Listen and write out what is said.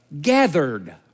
Gathered